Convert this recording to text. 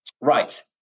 right